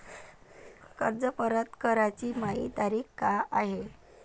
कर्ज परत कराची मायी तारीख का हाय?